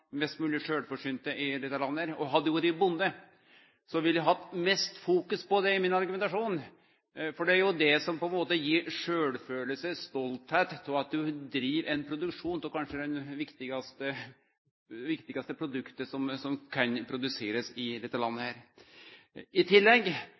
mest mogleg sjølvforsynte i dette landet. Hadde eg vore bonde, ville eg hatt mest fokus på det i min argumentasjon, for det er jo det som på ein måte gir sjølvkjensle og stoltheit av at ein driv produksjon av kanskje det viktigaste produktet som kan produserast i dette landet.